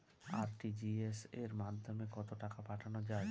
RTGS এর মাধ্যমে কত টাকা পাঠানো যায়?